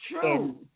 true